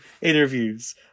interviews